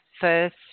first